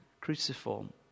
Cruciform